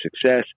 success